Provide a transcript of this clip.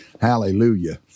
hallelujah